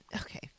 okay